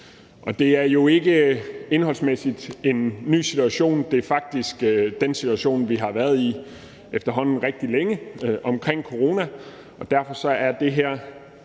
det er jo ikke indholdsmæssigt en ny situation – det er faktisk den situation, vi har været i efterhånden rigtig længe omkring corona. Derfor er det her